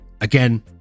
again